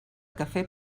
café